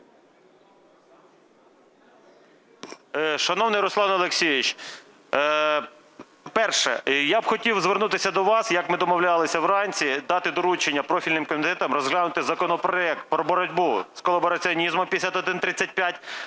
Шановний Руслан Олексійович! Перше. Я б хотів звернутися до вас, як ми домовлялися вранці, дати доручення профільним комітетам розглянути законопроект про боротьбу з колабораціонізмом – 5135,